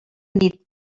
nit